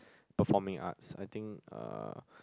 performing arts I think uh